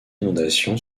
inondations